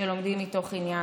שלומדים מתוך עניין,